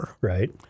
Right